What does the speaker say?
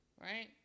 right